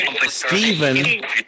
Stephen